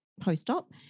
Post-op